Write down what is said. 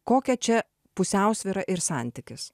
kokia čia pusiausvyra ir santykis